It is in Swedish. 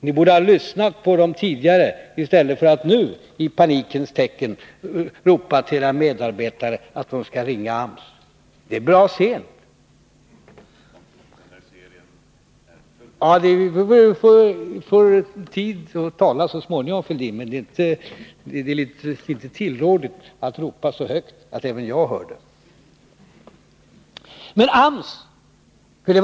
Ni borde ha lyssnat på AMS tidigare i stället för att nu i panikens tecken ropa till era medarbetare att de skall ringa AMS. Det är bra sent! Thorbjörn Fälldin får tid att tala här i kammaren så småningom, men det är inte tillrådligt att nu ropa så högt att även jag hör det.